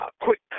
quick